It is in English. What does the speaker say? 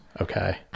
okay